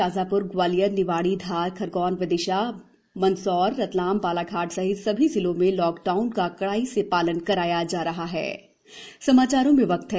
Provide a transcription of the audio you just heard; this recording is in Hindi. शाजाप्र ग्वालियर निवाणी धार खरगौन विदिशा मंदसौर रतलाम बालाघाट सहित सभी जिलों में लॉकडाउन का कड़ाई से पालन कराया जा रहा है